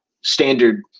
standard